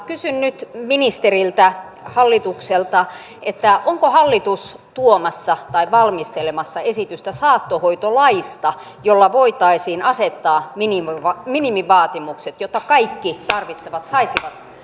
kysyn nyt ministeriltä hallitukselta onko hallitus tuomassa tai valmistelemassa esitystä saattohoitolaista jolla voitaisiin asettaa minimivaatimukset minimivaatimukset jotta kaikki tarvitsevat saisivat